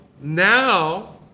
Now